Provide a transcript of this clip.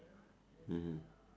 mmhmm